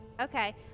okay